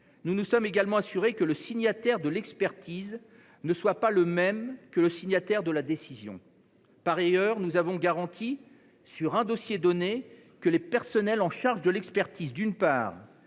Nous nous sommes également assurés que le signataire de l’expertise ne sera pas le signataire de la décision. Par ailleurs, nous avons garanti, sur un dossier donné, que les personnels chargés de l’expertise, d’une part,